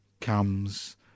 comes